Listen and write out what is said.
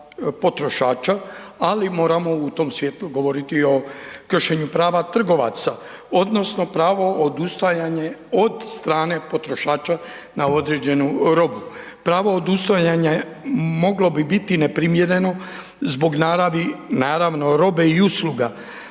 ali moramo u tom svjetlu govoriti i o kršenju prava trgovaca odnosno pravo odustajanje od strane potrošača na određenu robu. Pravo odustajanja moglo bi biti neprimjeno zbog naravi naravno robe i usluga.